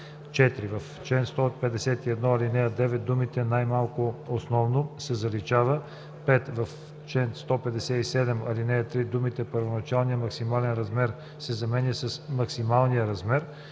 4. В чл. 151, ал. 9 думите „най-малко основно“ се заличават. 5. В чл. 157, ал. 3 думите „първоначалния максимален размер“ се заменят с „максималния размер“.